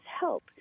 help